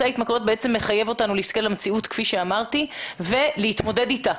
ההתמכרויות בעצם מחייב אותנו להסתכל למציאות כפי שאמרתי ולהתמודד אתה.